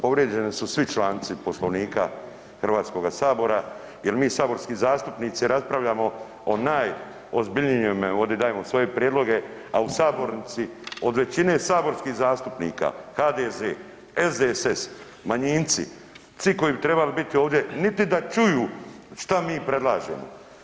Povrijeđeni su svi članci Poslovnika HS-a jel mi saborski zastupnici raspravljamo o najozbiljnijem ovdje, dajemo svoje prijedloge, a u sabornici od većine saborskih zastupnika HDZ, SDSS, manjinci svi koji bi trebali biti ovdje niti da čuju šta mi predlažemo.